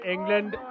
England